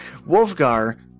wolfgar